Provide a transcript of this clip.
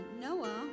Noah